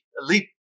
elite